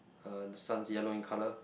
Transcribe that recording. uh the sun is yellow in colour